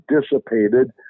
dissipated